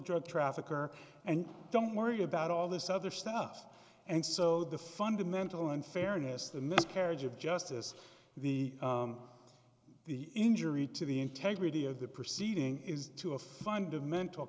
drug trafficker and don't worry about all this other stuff and so the fundamental unfairness the miscarriage of justice the the injury to the integrity of the proceeding is to a fundamental